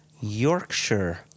Yorkshire